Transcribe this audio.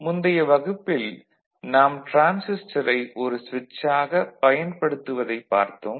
முந்தைய வகுப்பில் நாம் டிரான்சிஸ்டரை ஒரு சுவிட்சாக பயன்படுத்துவதைப் பார்த்தோம்